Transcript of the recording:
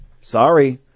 Sorry